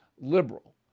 liberal